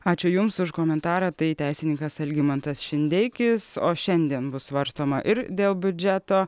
ačiū jums už komentarą tai teisininkas algimantas šindeikis o šiandien bus svarstoma ir dėl biudžeto